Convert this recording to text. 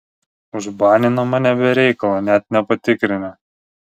užbanino mane be reikalo net nepatikrinę